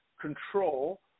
control